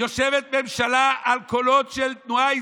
יושבת ממשלה על קולות של התנועה האסלאמית.